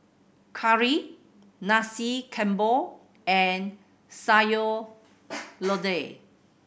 curry Nasi Campur and Sayur Lodeh